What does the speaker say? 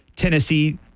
Tennessee